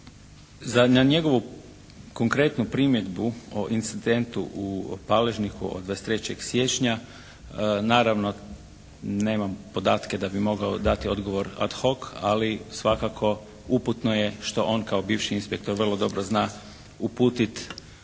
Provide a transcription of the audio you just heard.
Na njegovu konkretnu primjedbu o incidentu u … /Govornik se ne razumije./ … od 23. siječnja naravno nemam podatke da bih mogao dati odgovor "ad hoc" ali svakako uputno je što on kao bivši inspektor vrlo dobro zna uputiti